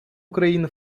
україни